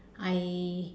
I